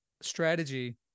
strategy